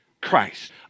Christ